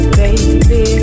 baby